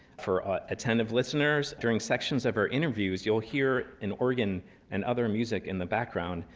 for ah attentive listeners, during sections of our interviews, you'll hear an organ and other music in the background,